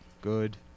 Good